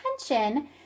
attention